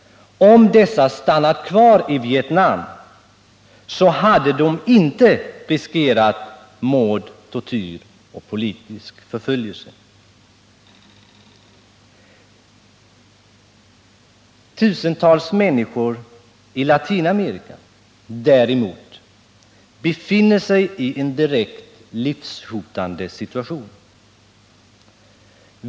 Om de stannat kvar i Vietnam, hade de inte riskerat mord, tortyr och politisk förföljelse. Tusentals människor i Latinamerika däremot befinner sig i en direkt livshotande situation.